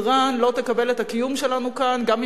אירן לא תקבל את הקיום שלנו כאן גם